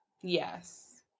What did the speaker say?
Yes